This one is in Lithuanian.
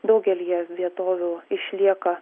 daugelyje vietovių išlieka